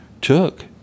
took